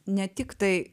ne tik tai